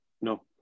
No